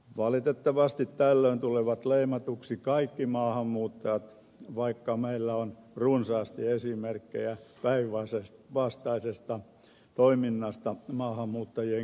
valitettavasti tällöin tulevat leimatuksi kaikki maahanmuuttajat vaikka meillä on runsaasti esimerkkejä päinvastaisesta toiminnasta maahanmuuttajien keskuudessa